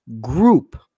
group